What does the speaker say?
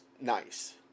nice